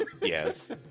Yes